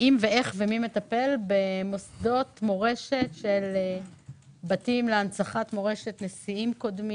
ואיך מטפלים בבתים להנצחת מורשת של נשיאים קודמים?